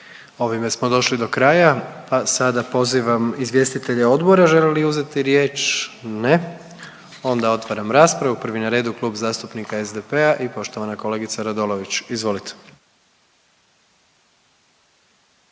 Ovime smo došli do kraja pa sada pozivam izvjestitelje odbora žele li uzeti riječ? Ne. Onda otvaram raspravu. Prvi na redu Klub zastupnika SDP-a i poštovana kolegica Radolović. Izvolite.